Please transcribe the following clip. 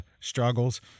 struggles